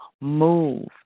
move